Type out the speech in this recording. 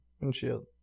windshield